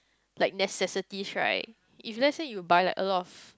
like necessities right if let's say you buy like a lot of